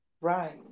Right